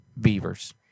Beavers